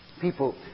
People